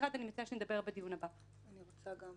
ונכון שיש את (ג)(1) שאומר שגם השר